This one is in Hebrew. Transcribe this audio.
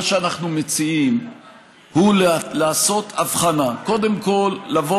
מה שאנחנו מציעים הוא לעשות הבחנה: קודם כול לבוא